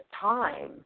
time